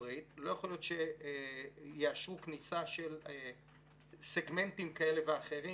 מארה"ב ויאשרו כניסה של סגמנטים כאלה ואחרים